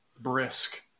brisk